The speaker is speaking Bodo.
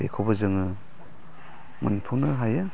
बेखौबो जोङो मोनफुंनो हायो